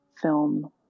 film